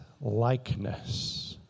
likeness